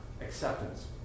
acceptance